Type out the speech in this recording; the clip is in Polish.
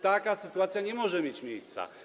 Taka sytuacja nie może mieć miejsca.